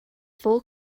full